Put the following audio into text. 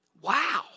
Wow